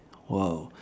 !wow!